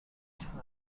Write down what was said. قهوه